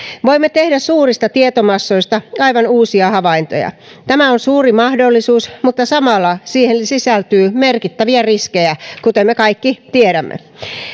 voimme tehdä suurista tietomassoista aivan uusia havaintoja tämä on suuri mahdollisuus mutta samalla siihen sisältyy merkittäviä riskejä kuten me kaikki tiedämme